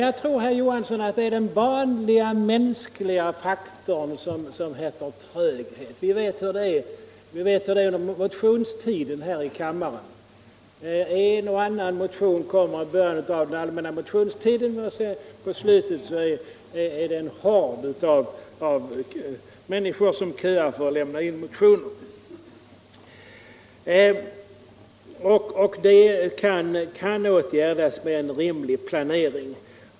Jag tror, herr Johansson, att det som här inverkar är den vanliga mänskliga faktor som heter tröghet. Vi vet hur det är under motionstiden här i kammaren. En och annan motion kommer i början av den allmänna motionstiden, men mot slutet står ledamöterna i kö för att lämna in motioner. Propositionsanhopningen kan åtgärdas med en god planering.